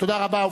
תודה רבה.